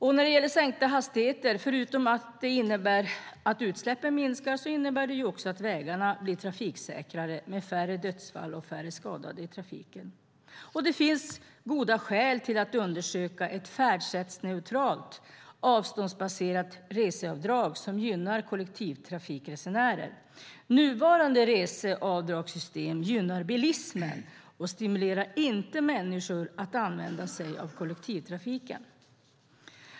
Förutom att sänkta hastigheter innebär att utsläppen minskar medför det också att vägarna blir trafiksäkrare med färre dödsfall och färre skadade i trafiken. Det finns goda skäl att undersöka ett färdsättsneutralt och avståndsbaserat reseavdrag som gynnar kollektivtrafikresenärer. Nuvarande reseavdragssystem gynnar bilismen och stimulerar inte människor att använda sig av kollektivtrafiken.